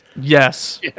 Yes